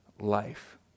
life